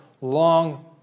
long